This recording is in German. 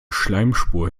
schleimspur